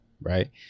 Right